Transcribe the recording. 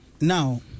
now